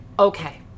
Okay